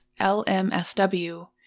LMSW